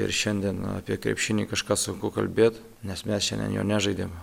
ir šiandien apie krepšinį kažką sunku kalbėt nes mes šiandien jo nežaidėme